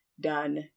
done